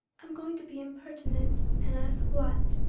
i'm going to be impertinent and ask what.